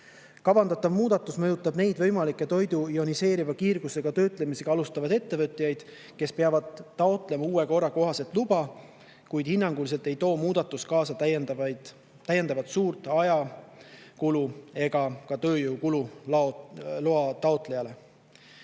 Kavandatav muudatus mõjutab neid võimalikke toidu ioniseeriva kiirgusega töötlemisega alustavaid ettevõtjaid, kes peavad taotlema uue korra kohaselt luba, kuid hinnanguliselt ei too muudatus kaasa täiendavat suurt ajakulu ega ka tööjõukulu loa taotlejale.